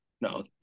No